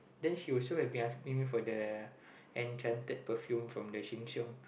then she also has been asking for the enchanted perfume from the Sheng-Siong